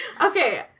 Okay